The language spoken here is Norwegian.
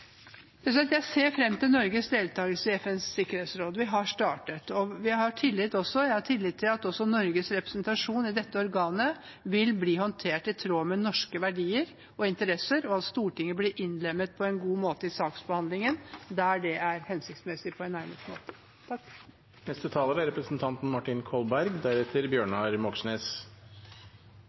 Jeg ser fram til Norges deltakelse i FNs sikkerhetsråd. Vi har startet. Jeg har tillit til at også Norges representasjon i dette organet vil bli håndtert i tråd med norske verdier og interesser, og at Stortinget på en god og egnet måte blir innlemmet i saksbehandlingen der det er hensiktsmessig. Først har jeg bare lyst til å si at jeg er